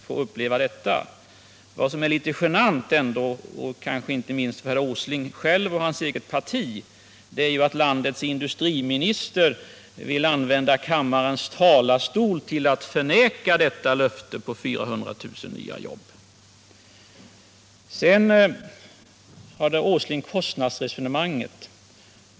Däremot är det litet genant, inte minst för herr Åsling själv och för hans parti, att landets industriminister från kammarens talarstol förnekar löftet om 400 000 nya jobb. Sedan förde herr Åsling ett kostnadsresonemang.